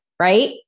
right